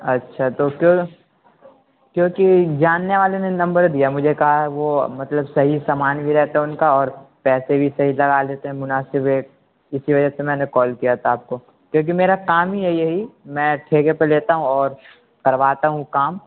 اچھا تو پھر کیونکہ جاننے والے نے نمبر دیا مجھے کہا ہے کہ وہ مطلب صحیح سامان بھی رہتا ہے ان کا اور پیسے بھی صحیح لگا لیتے ہیں مناسب ریٹ اسی وجہ سے میں نے کال کیا تھا آپ کو کیونکہ میرا کام ہی ہے یہی میں ٹھیکے پہ لیتا ہوں اور کرواتا ہوں کام